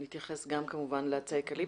נתייחס כמובן גם לעצי האקליפטוס.